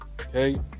Okay